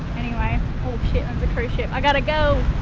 anyway oh shit that's a cruise ship, i gotta go!